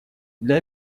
для